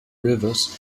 rivers